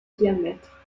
diamètre